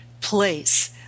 place